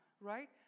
right